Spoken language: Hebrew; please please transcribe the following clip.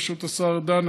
בראשות השר ארדן,